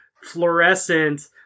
fluorescent